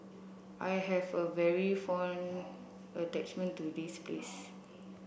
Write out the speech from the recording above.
I have a very fond attachment to this place